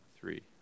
three